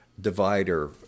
divider